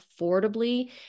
affordably